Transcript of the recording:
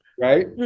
right